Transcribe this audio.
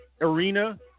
arena